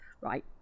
Right